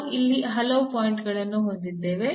ನಾವು ಇಲ್ಲಿ ಹಲವು ಪಾಯಿಂಟ್ ಗಳನ್ನು ಹೊಂದಿದ್ದೇವೆ